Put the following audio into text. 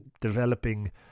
developing